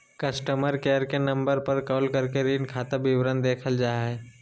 customer care के number पर call करके ऋण खाता विवरण देखल जा हय